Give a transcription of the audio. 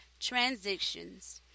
transitions